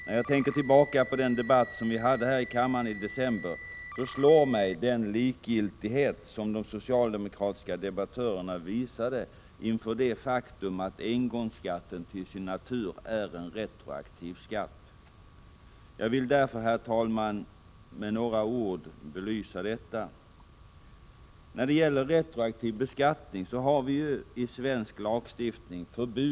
När jag tänker tillbaka på den debatt som vi hade här i kammaren i december, slår mig den likgiltighet som de socialdemokratiska debattörerna visade inför det faktum att engångsskatten till sin natur är en retroaktiv skatt. Jag vill därför, herr talman, med några ord ytterligare belysa detta. I svensk lagstiftning har vi ju förbud mot retroaktiv beskattning.